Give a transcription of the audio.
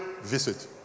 visit